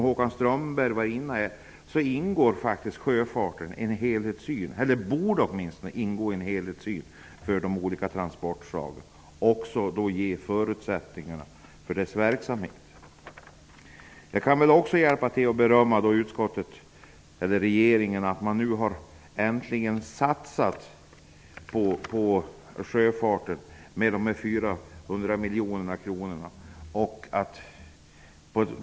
Håkan Strömberg nämnde att sjöfarten borde ingå i en helhetssyn över de olika transportslagen. Då skall man också ge förutsättningar för dess verksamhet. Jag kan berömma regeringen för att det nu äntligen har satsats 400 miljoner kronor på sjöfarten.